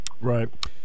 Right